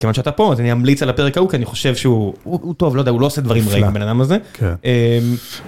כיוון שאתה פה, אז אני אמליץ על הפרק ההוא, כי אני חושב שהוא טוב, לא יודע, הוא לא עושה דברים רעים, הבן אדם הזה.